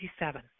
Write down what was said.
1987